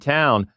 town